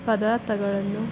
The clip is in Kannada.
ಪದಾರ್ಥಗಳನ್ನು